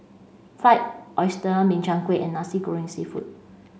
Fried Oyster Min Chiang Kueh and Nasi Goreng Seafood